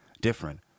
different